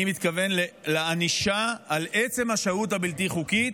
אני מתכוון לענישה על עצם השהות הבלתי-חוקית,